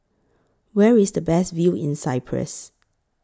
Where IS The Best View in Cyprus